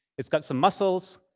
it's got some muscles.